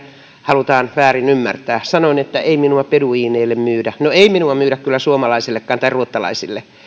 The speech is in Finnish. halutaan väärin ymmärtää sanoin että ei minua beduiineille myydä no ei minua myydä kyllä suomalaisillekaan tai ruottalaisille